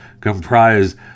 comprise